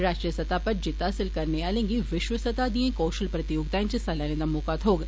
राष्ट्रीय सतह पर जित्त हासल करने आले गी विश्व सतह दियें कौशल प्रतियोगिताएं च हिस्सा लैने दा मौका थोग